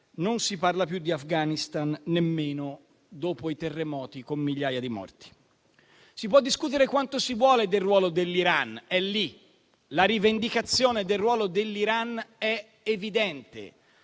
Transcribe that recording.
non si parla più di Afghanistan, nemmeno dopo i terremoti con migliaia di morti. Si può discutere quanto si vuole del ruolo dell'Iran: è lì la questione, perché la rivendicazione del ruolo dell'Iran è evidente.